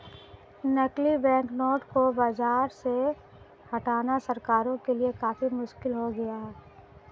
नकली बैंकनोट को बाज़ार से हटाना सरकारों के लिए काफी मुश्किल हो गया है